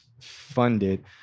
funded